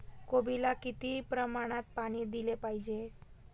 कोबीला किती प्रमाणात पाणी दिले पाहिजे?